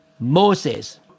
Moses